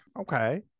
Okay